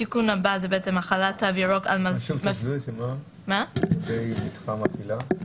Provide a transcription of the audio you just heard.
מה אמרת לגבי מתחם האכילה?